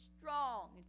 strong